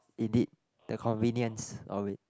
indeed the convenience of it